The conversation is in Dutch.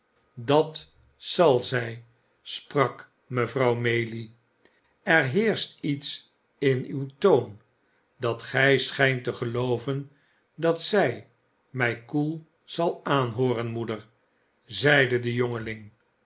dat zal zij sprak mevrouw maylie er heerscht iets in uw toon dat gij schijnt te gelooven dat zij mij koel zal aanhooren moeder zeide de jongeling